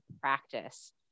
practice